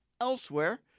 elsewhere